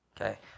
okay